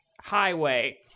highway